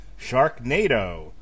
Sharknado